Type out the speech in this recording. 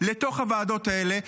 לתוך הוועדות האלה.